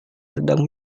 sedang